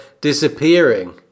disappearing